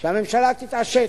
שהממשלה תתעשת,